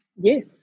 yes